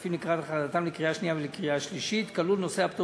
הכספים לקראת הכנתם לקריאה השנייה ולקריאה השלישית כלול נושא הפטור